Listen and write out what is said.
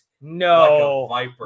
no